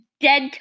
dead